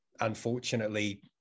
unfortunately